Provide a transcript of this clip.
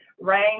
rain